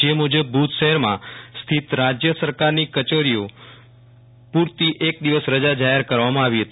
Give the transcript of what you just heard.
જે મુજબ ભુજ શહેરમાં સ્થિત રાજ્ય સરકારની કચેરીઓ પુરતી એક દિવસ રજા જાહેર કરવામાં આવી હતી